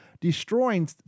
destroying